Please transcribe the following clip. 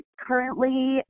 Currently